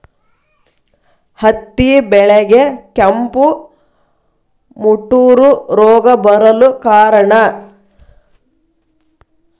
ಹತ್ತಿ ಬೆಳೆಗೆ ಕೆಂಪು ಮುಟೂರು ರೋಗ ಬರಲು ಕಾರಣ?